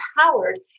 empowered